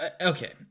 okay